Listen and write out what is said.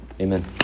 Amen